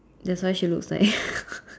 that's why she looks like